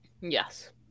Yes